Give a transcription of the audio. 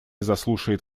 заслушает